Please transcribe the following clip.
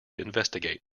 investigate